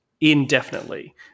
indefinitely